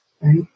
right